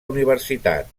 universitat